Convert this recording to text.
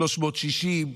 360,